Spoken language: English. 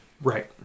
Right